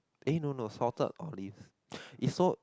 eh no no salted olives is so